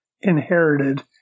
inherited